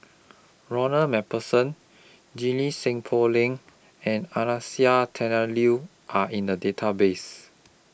Ronald MacPherson Junie Sng Poh Leng and Anastasia Tjendri Liew Are in The Database